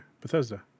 Bethesda